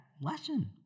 lesson